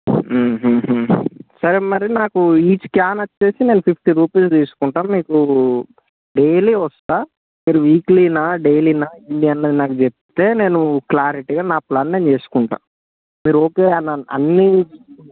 సరే మరి నాకు ఈచ్ క్యాన్ వచ్చేసి నేను ఫిఫ్టీ రూపీస్ తీసుకుంటాను మీకు డైలీ వస్తాను మీరు వీక్లీ నా డైలీ నా ఎన్ని అన్నది నాకు చెప్తే నేను క్లారిటీగా నా ప్లాన్ నేను చేసుకుంటాను మీరు ఓకే అని అన్ని